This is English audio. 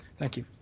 thank you.